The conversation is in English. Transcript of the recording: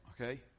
okay